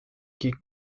qui